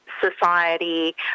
society